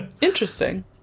Interesting